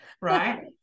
Right